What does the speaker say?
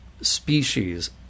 species